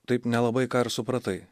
taip nelabai ką ir supratai